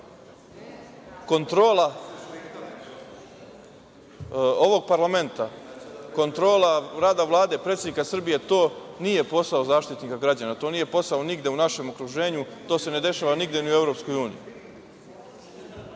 kontrola ovog parlamenta, kontrola rada Vlade predsednika Srbije, to nije posao zaštitnika građana, to nije posao nigde u našem okruženju, to se ne dešava nigde ni u EU.